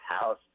house